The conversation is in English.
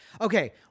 okay